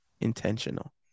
intentional